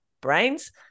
brains